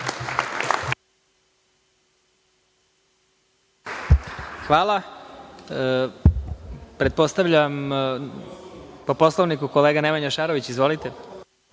Hvala. Pretpostavljam po Poslovniku, kolega Nemanja Šaroviću? Izvolite.